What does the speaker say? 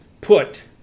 put